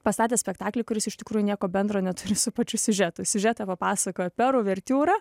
pastatė spektaklį kuris iš tikrųjų nieko bendro neturi su pačiu siužetu siužetą pasakojo per uvertiūrą